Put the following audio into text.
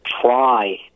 try